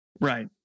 Right